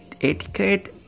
Etiquette